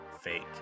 fake